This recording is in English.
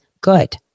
good